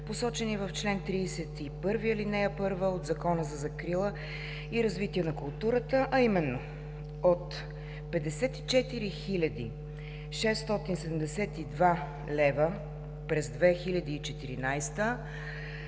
посочени в чл. 31, ал. 1 от Закона за закрила и развитие на културата, а именно: от 54 672 лв. през 2014